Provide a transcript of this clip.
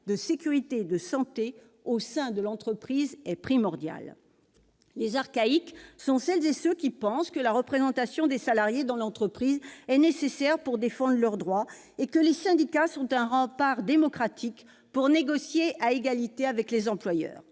de sécurité et de santé au sein de l'entreprise est primordial. Les archaïques sont celles et ceux qui pensent que la représentation des salariés dans l'entreprise est nécessaire pour défendre leurs droits et que les syndicats sont un rempart démocratique pour négocier à égalité avec les employeurs.